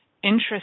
interest